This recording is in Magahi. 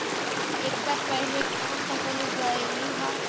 एकड़ पहले कौन फसल उगएलू हा?